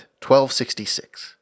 1266